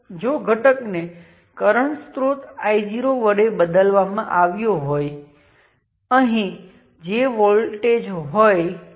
જેમ તમે જોઈ શકો છો ત્યાં ચાર સંભવિત પેરામિટર છે કારણ કે I1 કંઈક વખત V1 બીજું કંઈક V2 છે